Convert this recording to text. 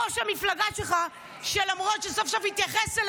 לא גייסו אותו לצבא אפילו, אז שלא תעז לבוא